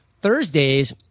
Thursdays